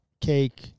cake